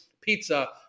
pizza